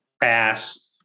Pass